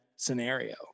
scenario